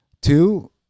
two